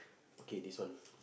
okay this one